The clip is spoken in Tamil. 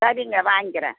சரிங்க வாய்ங்க்கிறேன்